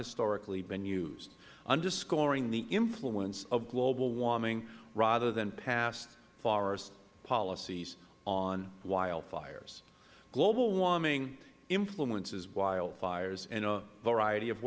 historically been used underscoring the influence of global warming rather than past forest policies on wildfires global warming influences wildfires in a variety of